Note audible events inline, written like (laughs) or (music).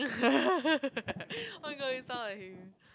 (laughs) oh my god you sound like him